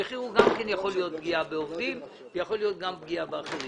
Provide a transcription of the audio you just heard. המחיר יכול להיות גם פגיעה בעובדים ויכול להיות גם פגיעה באחרים.